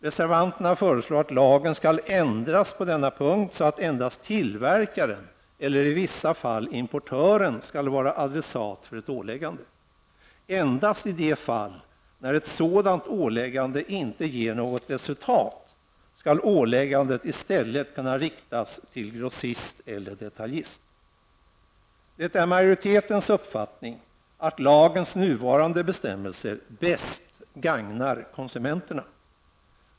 Reservanterna föreslår att lagen skall ändras på denna punkt så att endast tillverkaren eller i vissa fall importören skall vara adressat för ett åläggande. Endast i de fall när ett sådant åläggande inte ger något resultat skall åläggandet i stället kunna riktas till grossist eller detaljist. Det är majoritetens uppfattning att lagens nuvarande bestämmelser bäst gagnar konsumenterna.